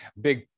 big